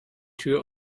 tür